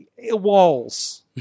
walls